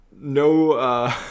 no